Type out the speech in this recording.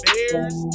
Bears